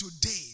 today